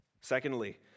Secondly